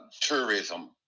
tourism